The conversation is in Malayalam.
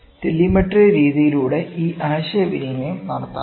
ടെലിമെട്രി രീതിയിലൂടെ ഈ ആശയവിനിമയം നടത്താം